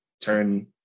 turn